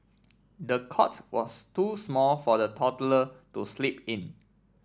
the cot was too small for the toddler to sleep in